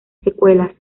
secuelas